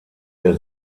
der